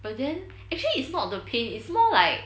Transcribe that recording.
but then actually it's not the pain is more like